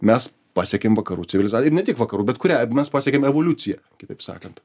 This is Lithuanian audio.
mes pasiekėm vakarų civiliza ir ne tik vakarų bet kurią mes pasiekėm evoliuciją kitaip sakant